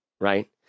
Right